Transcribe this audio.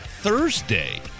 Thursday